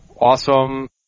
Awesome